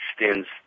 extends